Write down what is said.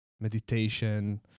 meditation